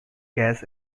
gas